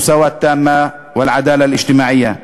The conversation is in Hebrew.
השוויון המלא והצדק החברתי.